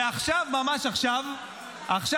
ועכשיו, ממש עכשיו,